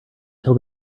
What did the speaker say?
till